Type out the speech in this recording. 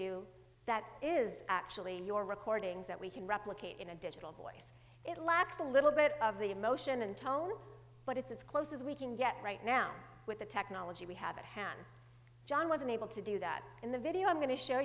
you that is actually your recordings that we can replicate in a digital voice it lacked a little bit of the emotion and tone but it's as close as we can get right now with the technology we have at hand john with unable to do that in the video i'm going to show